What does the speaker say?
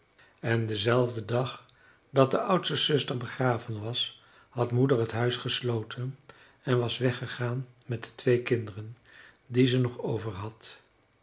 en denzelfden dag dat de oudste zuster begraven was had moeder het huis gesloten en was weggegaan met de twee kinderen die ze nog over had